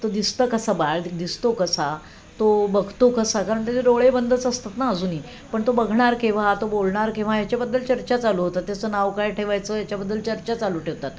तो दिसतं कसा बाळ दिसतो कसा तो बघतो कसा कारण त्याचे डोळे बंदच असतात ना अजूनही पण तो बघणार केव्हा तो बोलणार केव्हा याच्याबद्दल चर्चा चालू होतात त्याचं नाव काय ठेवायचं ह्याच्याबद्दल चर्चा चालू ठेवतात